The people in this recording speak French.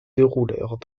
déroulèrent